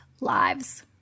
lives